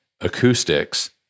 acoustics